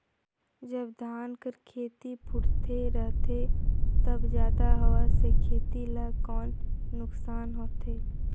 जब धान कर खेती फुटथे रहथे तब जादा हवा से खेती ला कौन नुकसान होथे?